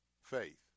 faith